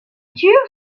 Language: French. durent